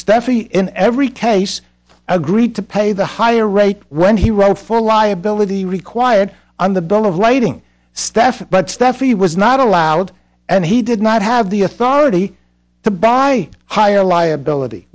steffi in every case agreed to pay the higher rate when he wrote for liability required on the bill of lading staff but stuff he was not allowed and he did not have the authority to buy higher liability